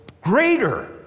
greater